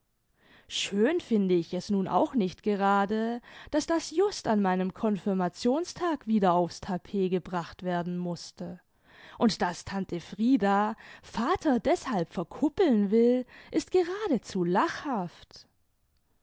schön finde ich es nun auch nicht gerade daß das just an meinem konfirmationstag wieder aufs tapet gebracht werden mußte und daß tante frieda vater deshalb verkuppeln wül ist geradezu lachhaft